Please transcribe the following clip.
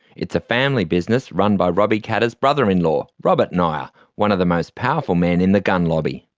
it's a family business run by robbie katter's brother-in-law, robert nioa, one of the most powerful men in the gun lobby.